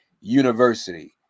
University